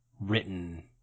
written